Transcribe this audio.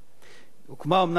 הוקמה אומנם ועדת שרים,